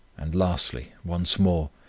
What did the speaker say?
and lastly, once more,